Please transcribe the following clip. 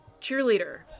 cheerleader